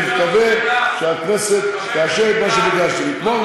אני מקווה שהכנסת תאשר את מה שביקשתי, שאלה.